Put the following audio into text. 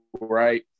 right